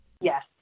Yes